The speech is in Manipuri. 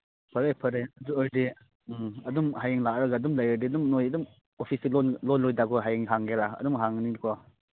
ꯐꯔꯦ ꯐꯔꯦ ꯑꯗꯨ ꯑꯣꯏꯗꯤ ꯎꯝ ꯑꯗꯨꯝ ꯍꯌꯦꯡ ꯂꯥꯛꯂꯒ ꯑꯗꯨꯝ ꯂꯩꯔꯗꯤ ꯑꯗꯨꯝ ꯅꯣꯏ ꯑꯗꯨꯝ ꯑꯣꯐꯤꯁꯇꯤ ꯂꯣꯟꯂꯣꯏꯗꯀꯣ ꯍꯌꯦꯡ ꯍꯥꯡꯒꯦꯔꯥ ꯑꯗꯨꯝ ꯍꯥꯡꯒꯅꯤꯀꯣ